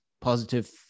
positive